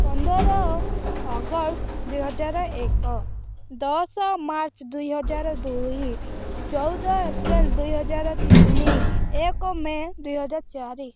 ପନ୍ଦର ଅଗଷ୍ଟ ଦୁଇହଜାର ଏକ ଦଶ ମାର୍ଚ୍ଚ ଦୁଇହଜାର ଦୁଇ ଚଉଦ ଏପ୍ରିଲ ଦୁଇହଜାର ତିନି ଏକ ମେ ଦୁଇହଜାର ଚାରି